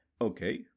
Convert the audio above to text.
Okay